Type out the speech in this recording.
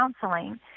counseling